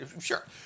Sure